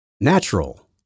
natural